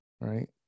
right